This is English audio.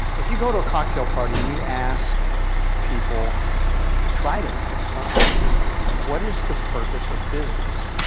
if you go to a cocktail party and you ask people try this, it's fun what is the purpose of business?